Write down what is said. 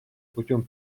путем